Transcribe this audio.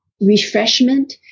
refreshment